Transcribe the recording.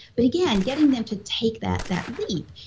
but again, getting them to take that that leap,